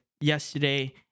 yesterday